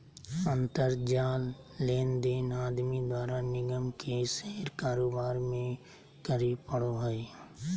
अंतर जाल लेनदेन आदमी द्वारा निगम के शेयर कारोबार में करे पड़ो हइ